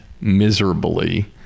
miserably